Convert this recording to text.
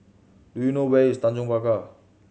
do you know where is Tanjong Pagar